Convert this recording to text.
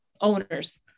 owners